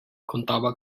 contaba